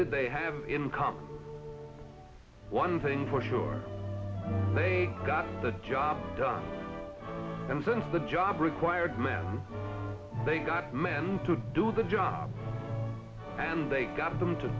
did they have in common one thing for sure they got the job done and since the job required men they got men to do the job and they got them to